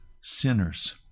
sinners